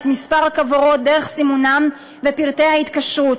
את מספר הכוורות ודרך סימונן ואת פרטי ההתקשרות.